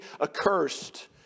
accursed